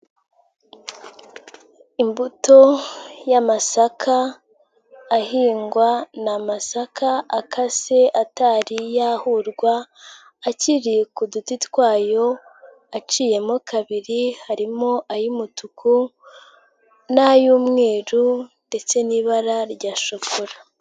Imbuto y'amasaka ahingwa ni amasaka akase atari yahurwa akiri ku duti twayo, aciyemo kabiri harimo ay'umutuku, n'ay'umweru ndetse n'ibara rya shokola.